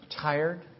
tired